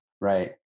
Right